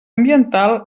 ambiental